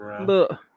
Look